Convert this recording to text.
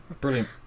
brilliant